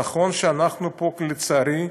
נכון שאנחנו פה, לצערי,